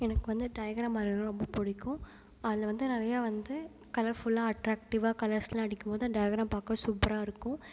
எனக்கு வந்து டயக்ராம் வரையிறதுலாம் ரொம்ப பிடிக்கும் அதில் வந்து நிறையா வந்து கலர்ஃபுல்லாக அட்ராக்டிவாக கலர்ஸ்லாம் அடிக்கும் போது டயக்ராம் பார்க்க சூப்பராக இருக்கும்